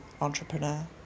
entrepreneur